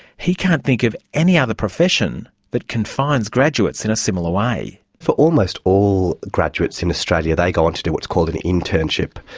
he can't think of any other profession that confines graduates in a similar way. for almost all graduates in australia, they go on to do what is called an internship.